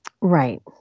right